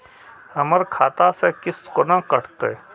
हमर खाता से किस्त कोना कटतै?